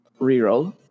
reroll